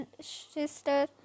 sister